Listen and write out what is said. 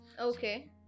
Okay